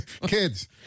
Kids